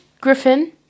Griffin